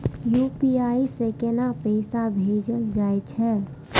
UPI से केना पैसा भेजल जा छे?